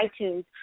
iTunes